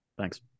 Thanks